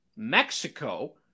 Mexico